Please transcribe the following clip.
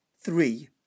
Three